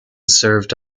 served